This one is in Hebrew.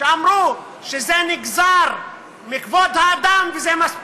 שאמרו שזה נגזר מכבוד האדם, וזה מספיק.